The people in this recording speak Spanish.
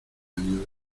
años